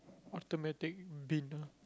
automatic bin ah